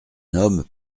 homme